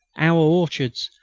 our orchards,